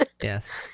Yes